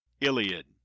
Iliad